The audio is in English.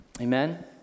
amen